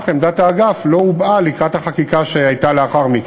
עמדת האגף לא הובעה לקראת החקיקה שהייתה לאחר מכן.